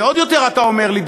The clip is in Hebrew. ועוד יותר אתה אומר לי,